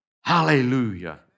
Hallelujah